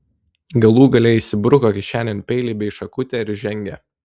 galų gale įsibruko kišenėn peilį bei šakutę ir žengė